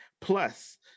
Plus